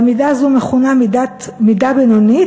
המידה הזאת מכונה מידה בינונית,